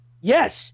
Yes